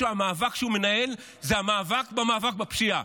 המאבק שהוא מנהל זה המאבק במאבק בפשיעה.